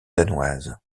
danoise